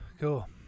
Cool